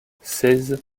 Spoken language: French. seize